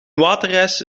waterijs